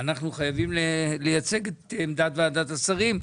אנחנו חייבים לייצג את עמדת ועדת השרים,